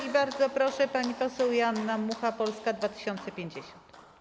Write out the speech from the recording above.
I bardzo proszę, pani poseł Joanna Mucha, Polska 2050.